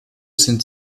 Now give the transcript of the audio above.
sind